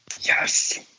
Yes